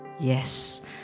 Yes